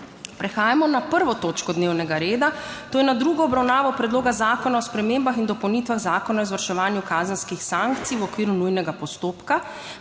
prekinjeno 1. točko dnevnega reda - druga obravnava Predloga zakona o spremembah in dopolnitvah Zakona o izvrševanju kazenskih sankcij, v okviru nujnega postopka.